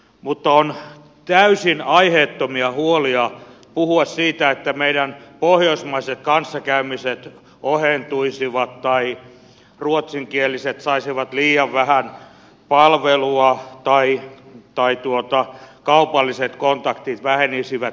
mutta on täysin aiheettomia huolia jos puhutaan siitä että meidän pohjoismaiset kanssakäymisemme ohentuisivat tai ruotsinkieliset saisivat liian vähän palvelua tai kaupalliset kontaktit vähenisivät